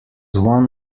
one